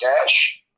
Cash